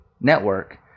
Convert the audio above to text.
Network